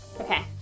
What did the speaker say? Okay